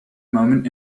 moment